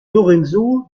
lorenzo